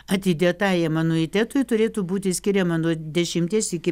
atidėtajam anuitetui turėtų būti skiriama nuo dešimties iki